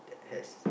that has